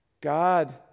God